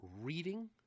reading